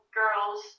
girls